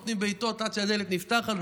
נותנים בעיטות עד שהדלת נפתחת,